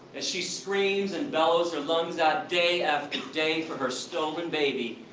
as she screams and bawls her lungs out day after day for her stolen baby,